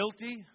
guilty